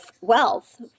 wealth